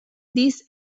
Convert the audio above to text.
this